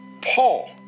Paul